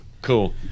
Cool